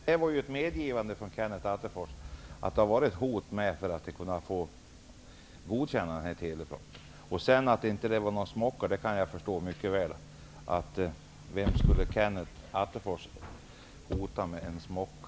Herr talman! Detta var ett medgivande från Kenneth Attefors. Det har funnits ett hot med för att godkänna den här telepropositionen. Att det inte var en smocka kan jag förstå. Vem skulle Kenneth Attefors hota med en smocka?